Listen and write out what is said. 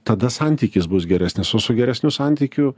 tada santykis bus geresnis o su geresniu santykiu